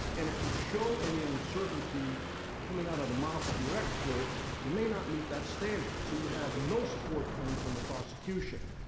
and if you show any uncertainty coming out of the mouth of your expert, you may not meet that standard. so you have no support coming from the prosecution.